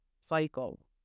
cycle